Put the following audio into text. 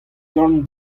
dorn